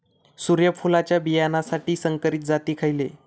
सूर्यफुलाच्या बियानासाठी संकरित जाती खयले?